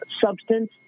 substance